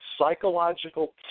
psychological